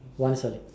wiser